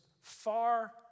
far